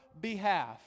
behalf